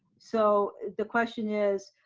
so the question is,